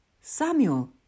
Samuel